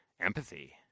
empathy